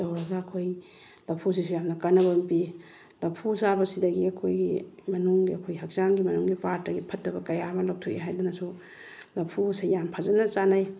ꯇꯧꯔꯒ ꯑꯩꯈꯣꯏ ꯂꯐꯨꯁꯤꯁꯨ ꯌꯥꯝꯅ ꯀꯥꯟꯅꯕ ꯄꯤ ꯂꯐꯨ ꯆꯥꯕꯁꯤꯗꯒꯤ ꯑꯩꯈꯣꯏꯒꯤ ꯃꯅꯨꯡꯒꯤ ꯑꯩꯈꯣꯏ ꯍꯛꯆꯥꯡꯒꯤ ꯃꯅꯨꯡꯒꯤ ꯄꯥꯔꯠꯇꯒꯤ ꯐꯠꯇꯕ ꯀꯌꯥ ꯑꯃ ꯂꯧꯊꯣꯛꯏ ꯍꯥꯏꯗꯅꯁꯨ ꯂꯐꯨꯁꯦ ꯌꯥꯝ ꯐꯖꯅ ꯆꯥꯟꯅꯩ